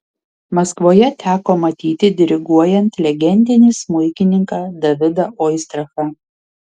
maskvoje teko matyti diriguojant legendinį smuikininką davidą oistrachą